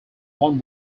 one